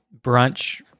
brunch